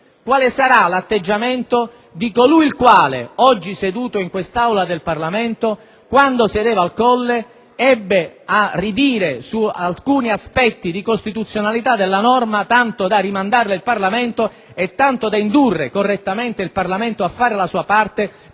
quale sarà l'atteggiamento di colui il quale, oggi seduto in quest'Aula del Parlamento, quando sedeva al Colle ebbe a ridire su alcuni aspetti di costituzionalità della norma tanto da rimandarlaal Parlamento per indurre le Camere correttamente a fare la propria parte,